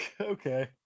Okay